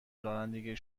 رانندگی